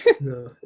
No